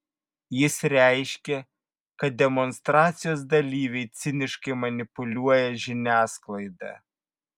jis reiškė kad demonstracijos dalyviai ciniškai manipuliuoja žiniasklaida